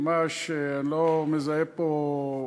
ממש לא מזהה פה,